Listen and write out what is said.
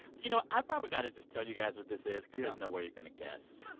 you know, i probably got to just tell you guys what this is because there's no way you're going to guess.